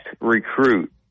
recruit